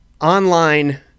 online